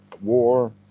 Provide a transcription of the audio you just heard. war